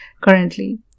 currently